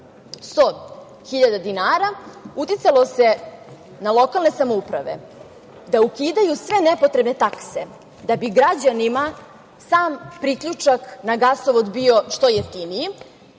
hiljada dinara. Uticalo se na lokalne samouprave da ukidaju sve nepotrebne takse, da bi građanima sam priključak na gasovod bio što jeftiniji